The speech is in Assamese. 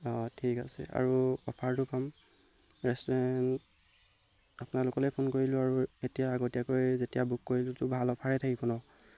অঁ ঠিক আছে আৰু অফাৰটো পাম ৰেষ্টুৰেণ্ট আপোনালোকলৈ ফোন কৰিলোঁ আৰু এতিয়া আগতীয়াকৈ যেতিয়া বুক কৰিলোঁতো ভাল অফাৰে থাকিব ন